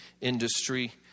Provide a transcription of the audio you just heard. industry